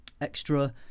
extra